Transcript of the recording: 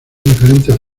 diferentes